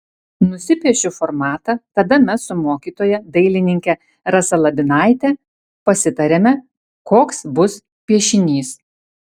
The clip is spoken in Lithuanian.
nusipiešiu formatą tada mes su mokytoja dailininke rasa labinaite pasitariame koks bus piešinys